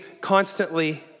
constantly